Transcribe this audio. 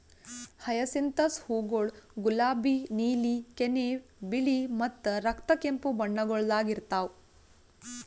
hyacinthus ಹೂವುಗೊಳ್ ಗುಲಾಬಿ, ನೀಲಿ, ಕೆನೆ, ಬಿಳಿ ಮತ್ತ ರಕ್ತ ಕೆಂಪು ಬಣ್ಣಗೊಳ್ದಾಗ್ ಇರ್ತಾವ್